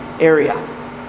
area